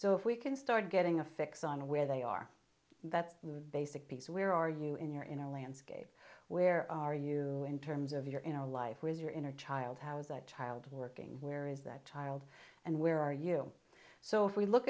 so if we can start getting a fix on where they are that's the basic piece where are you in your inner landscape where are you in terms of your inner life where is your inner child how is that child working where is that child and where are you so if we look